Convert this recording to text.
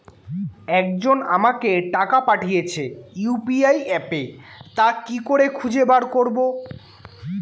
একজন আমাকে টাকা পাঠিয়েছে ইউ.পি.আই অ্যাপে তা কি করে খুঁজে বার করব?